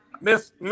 Miss